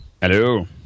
Hello